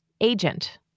agent